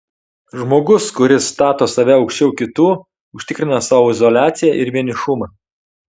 žmogus kuris stato save aukščiau kitų užtikrina sau izoliaciją ir vienišumą